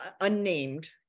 unnamed